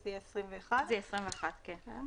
זה יהיה 2021. זה יהיה 21', כן.